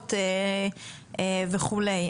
חלופות וכולי.